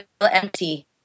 empty